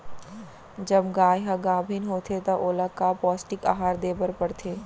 जब गाय ह गाभिन होथे त ओला का पौष्टिक आहार दे बर पढ़थे?